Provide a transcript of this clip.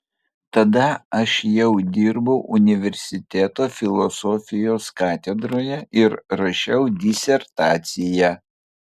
tada aš jau dirbau universiteto filosofijos katedroje ir rašiau disertaciją